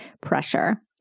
pressure